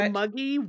muggy